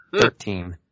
Thirteen